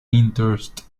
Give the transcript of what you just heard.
interest